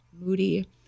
moody